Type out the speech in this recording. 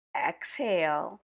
exhale